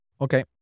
Okay